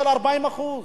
של 40%?